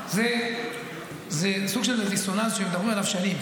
זה סוג של דיסוננס שמדברים עליו שנים.